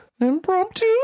Impromptu